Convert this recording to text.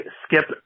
skip